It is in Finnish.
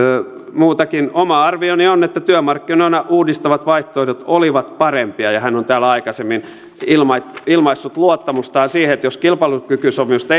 muutakin oma arvioni on että työmarkkinoita uudistavat vaihtoehdot olivat parempia hän on täällä aikaisemmin ilmaissut ilmaissut luottamustaan siihen että jos kilpailukykysopimusta